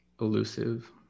elusive